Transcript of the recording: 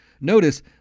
Notice